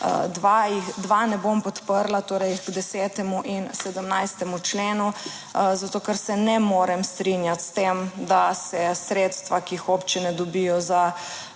dva ne bom podprla, torej k 10. in 17. členu, zato ker se ne morem strinjati s tem, da se sredstva, ki jih občine dobijo za